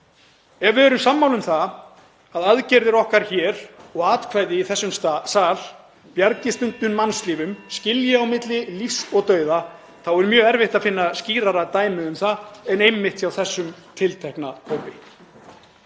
Ef við erum sammála um að aðgerðir okkar hér og atkvæði í þessum sal bjargi stundum mannslífum, skilji á milli lífs og dauða, (Forseti hringir.) þá er mjög erfitt að finna skýrara dæmi um það en einmitt hjá þessum tiltekna hópi.